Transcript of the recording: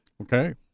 Okay